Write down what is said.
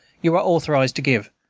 you are authorized to give.